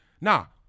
Now